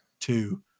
two